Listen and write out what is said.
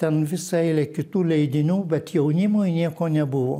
ten visa eilė kitų leidinių bet jaunimui nieko nebuvo